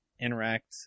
interact